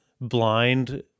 blind